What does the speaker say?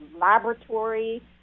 laboratory